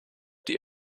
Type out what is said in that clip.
die